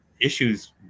issues